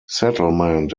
settlement